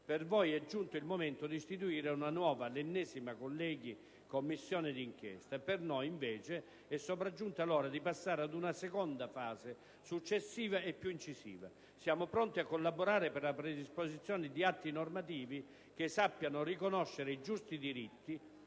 colleghi, è giunto il momento di istituire una nuova - l'ennesima - Commissione d'inchiesta; per noi, invece, è sopraggiunta l'ora di passare ad una seconda fase, successiva e più incisiva. Siamo pronti a collaborare per la predisposizione di atti normativi che sappiano riconoscere i giusti diritti